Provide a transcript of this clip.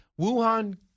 Wuhan